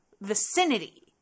vicinity